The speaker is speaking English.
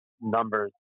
numbers